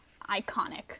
iconic